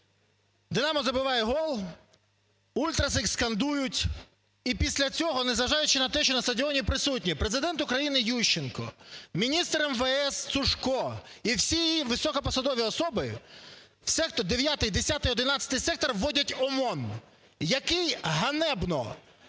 "Динамо" забиває гол, ультраси скандують, і після цього, незважаючи на те, що на стадіоні присутні Президент України Ющенко, міністр МВС Цушко і всі високопосадові особи, в 9-й, 10-й, 11-й сектори вводять ОМОН, який ганебно